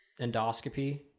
endoscopy